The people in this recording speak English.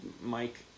Mike